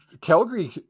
Calgary